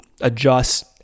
adjust